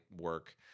work